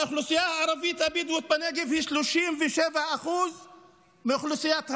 האוכלוסייה הערבית הבדואית בנגב היא 37% מאוכלוסיית הנגב,